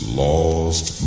lost